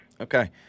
Okay